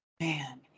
man